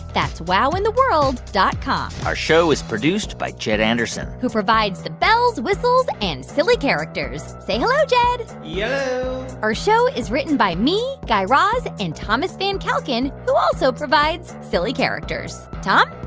that's wowintheworld dot com our show is produced by jed anderson who provides the bells, whistles and silly characters. say hello, jed yello yeah our show is written by me, guy raz and thomas van kalken, who also provides silly characters. tom?